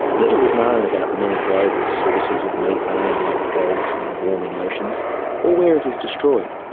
little is known about the many global sources of methane like bogs and warming oceans or where it is destroyed,